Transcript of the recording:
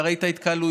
אתה ראית התקהלויות,